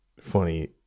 funny